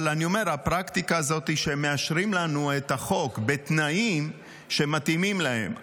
אבל אני אומר: הפרקטיקה הזאת שמאשרים לנו את החוק בתנאים שמתאימים להם,